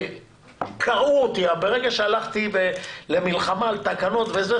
וקרעו אותי ברגע שהלכתי למלחמה על תקנות וזה.